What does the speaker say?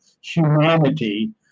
humanity